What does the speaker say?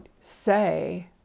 say